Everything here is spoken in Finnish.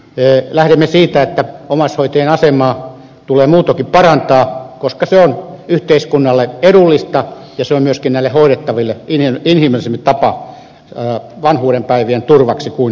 toiseksi lähdemme siitä että omaishoitajien asemaa tulee muutoinkin parantaa koska se on yhteiskunnalle edullista ja se on myöskin näille hoidettaville inhimillisempi tapa vanhuudenpäivien turvaksi kuin pelkkä laitoshoito